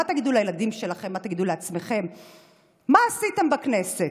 מה תגידו לילדים שלכם, מה תגידו לעצמכם?